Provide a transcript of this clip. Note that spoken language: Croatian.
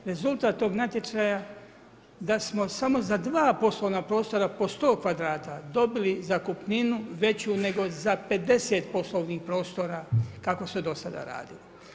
Rezultat tog natječaja je da smo samo za dva poslovna prostora po sto kvadrata dobili zakupninu veću nego za 50 poslovnih prostora kako se do sada radilo.